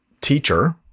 teacher